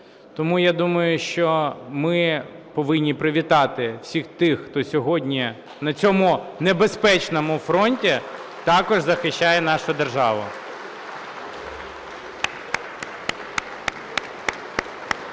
Тому я думаю, що ми повинні привітати всіх тих, хто сьогодні на цьому небезпечному фронті також захищає нашу державу.